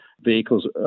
vehicles